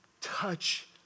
touch